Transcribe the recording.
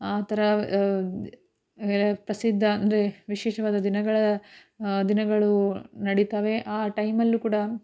ಆ ಥರ ಪ್ರಸಿದ್ಧ ಅಂದರೆ ವಿಶೇಷವಾದ ದಿನಗಳ ದಿನಗಳು ನಡಿತಾವೆ ಆ ಟೈಮಲ್ಲೂ ಕೂಡ